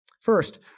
First